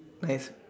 right